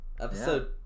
Episode